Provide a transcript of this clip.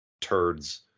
turds